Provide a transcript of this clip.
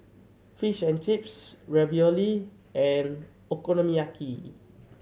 Fish and Chips Ravioli and Okonomiyaki